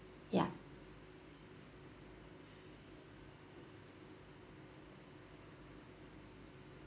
ya